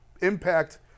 impact